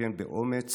תתאפיין באומץ,